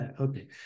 Okay